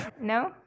No